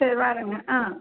சரி வர்றேன்ங்க ஆ